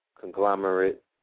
conglomerate